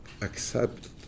accept